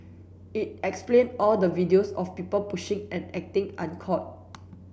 it explain all the videos of people pushing and acting